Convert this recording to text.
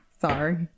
sorry